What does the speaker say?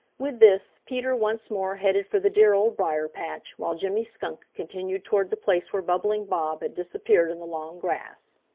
with this, peter once more headed for the dear old briar-patch, while jimmy skunk continued toward the place where bubbling bob had disappeared in the long grass.